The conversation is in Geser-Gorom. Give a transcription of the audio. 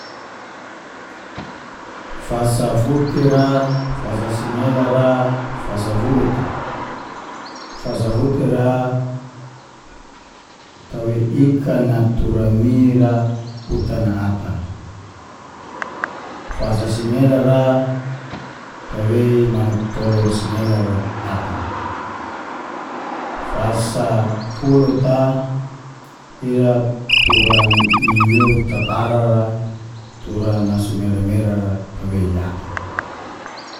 Fasa futi ra, fasa singelar ra, fasa fulut a. Fasa futi ra tawei ikan a tura mie ra, utan na ata. Fasa singelar a, tawei manuk tolu singelar a ata. Fasa fulut a, ira tura niniut tatara ra tura nasu mera-mera ra tawei ata.